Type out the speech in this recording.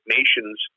Nations